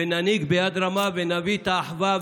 וננהיג ביד רמה ונביא את האחווה,